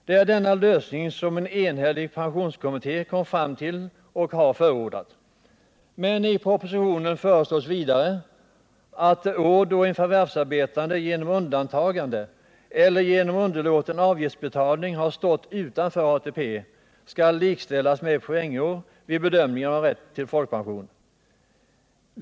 Det är denna lösning som en enhällig pensionskommitté kom fram till och har förordat. Men i proposi tionen föreslås vidare att år då en förvärvsarbetande genom undantagande eller genom underlåten avgiftsbetalning har stått utanför ATP skall likställas med poängår vid bedömningen av rätt till folkpension.